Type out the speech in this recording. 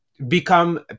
become